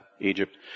Egypt